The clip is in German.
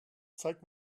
zeig